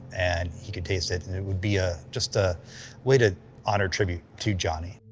and he could taste it and it would be a just a way to honor tribute to jonny.